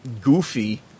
goofy